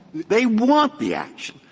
they want the action.